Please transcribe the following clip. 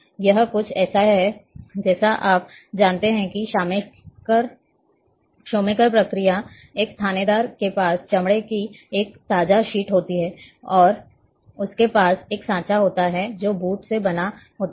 यह कुछ ऐसा है जैसे आप जानते हैं कि एक शोमेकर प्रक्रिया एक थानेदार के पास चमड़े की एक ताजा शीट होती है और उसके पास एक सांचा होता है जो बूट से बना होता है